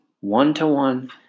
one-to-one